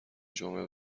جمعه